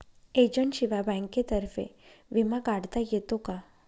एजंटशिवाय बँकेतर्फे विमा काढता येतो का?